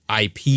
IP